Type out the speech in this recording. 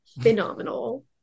phenomenal